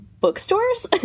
bookstores